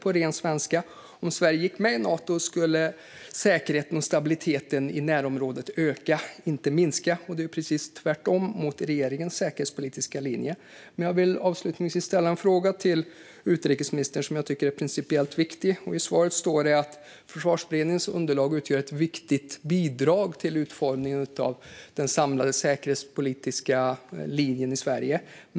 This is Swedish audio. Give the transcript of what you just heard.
På ren svenska: Om Sverige gick med i Nato skulle säkerheten och stabiliteten i närområdet öka, inte minska, och det är precis tvärtemot regeringens säkerhetspolitiska linje. Jag vill avslutningsvis ställa en fråga till utrikesministern som jag tycker är principiellt viktig. I svaret står det att Försvarsberedningens underlag utgör ett viktigt bidrag till utformningen av den samlade säkerhetspolitiska linjen i Sverige.